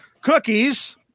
Cookies